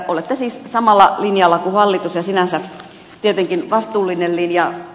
olette siis samalla linjalla kuin hallitus ja sinänsä tietenkin vastuullisella linjalla